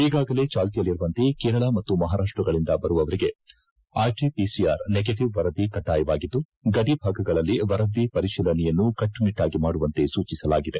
ಈಗಾಗಲೇ ಚಾಲ್ತಿಯಲ್ಲಿರುವಂತೆ ಕೇರಳ ಮತ್ತು ಮಹಾರಾಷ್ಟಗಳಿಂದ ಬರುವವರಿಗೆ R T P C R negative ವರದಿ ಕಡ್ಡಾಯವಾಗಿದ್ದು ಗಡಿ ಭಾಗಗಳಲ್ಲಿ ವರದಿ ಪರಿಶೀಲನೆಯನ್ನು ಕಟ್ಟು ನಿಟ್ಟಾಗಿ ಮಾಡುವಂತೆ ಸೂಚಿಸಲಾಗಿದೆ